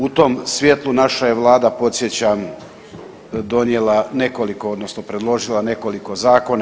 U tom svijetlu naša je vlada podsjećam donijela nekoliko odnosno predložila nekoliko zakona.